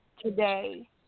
today